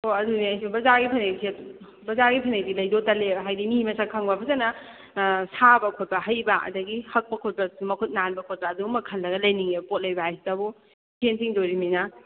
ꯍꯣꯏ ꯑꯗꯨꯅꯦ ꯑꯩꯁꯨ ꯕꯖꯥꯔꯒꯤ ꯐꯅꯦꯛ ꯕꯖꯥꯔꯒꯤ ꯐꯅꯦꯛꯇꯤ ꯂꯩꯗꯧ ꯇꯜꯂꯦꯕ ꯍꯥꯏꯗꯤ ꯃꯤ ꯃꯁꯛ ꯈꯪꯕ ꯐꯖꯅ ꯁꯥꯕ ꯈꯣꯠꯄ ꯍꯩꯕ ꯑꯗꯒꯤ ꯍꯛꯄ ꯈꯣꯠꯄꯗꯁꯨ ꯃꯈꯨꯠ ꯅꯥꯟꯕ ꯈꯣꯠꯄ ꯑꯗꯨꯒꯨꯝꯕ ꯈꯜꯂꯒ ꯂꯩꯅꯤꯡꯉꯦꯕ ꯄꯣꯠ ꯂꯩꯕ ꯍꯥꯏꯁꯤꯗꯕꯨ ꯁꯦꯜ ꯇꯤꯡꯗꯣꯔꯤꯕꯅꯤꯅ